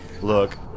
Look